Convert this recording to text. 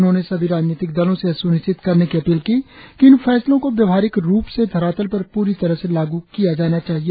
उन्होंने सभी राजनीतिक दलों से यह स्निश्चित करने की अपील की कि इन फैसलों को व्यवहारिक रूप से धरातल पर प्री तरह लागू किया जाना चाहिए